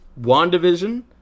WandaVision